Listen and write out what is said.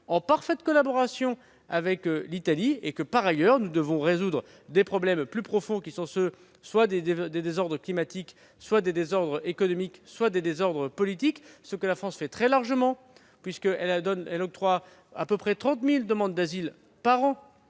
en parfaite collaboration avec l'Italie. Par ailleurs, nous devons résoudre des problèmes plus profonds, qui sont la conséquence soit des désordres climatiques, soit des désordres économiques, soit des désordres politiques, ce que la France fait très largement puisqu'elle octroie à peu près 30 000 demandes d'asile par an